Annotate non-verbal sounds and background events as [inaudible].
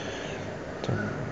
[breath]